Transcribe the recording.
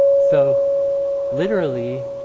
so literally,